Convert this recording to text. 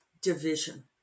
division